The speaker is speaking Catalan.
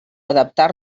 adaptar